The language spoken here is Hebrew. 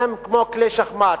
הם כמו כלי שחמט,